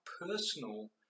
personal